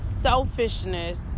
Selfishness